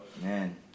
Man